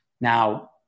Now